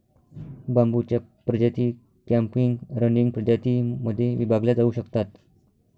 बांबूच्या प्रजाती clumping, running प्रजातीं मध्ये विभागल्या जाऊ शकतात